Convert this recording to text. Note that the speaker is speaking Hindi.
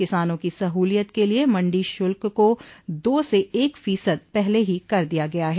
किसानों की सहूलियत के लिये मंडी शुल्क को दो से एक फीसद पहले ही कर दिया गया है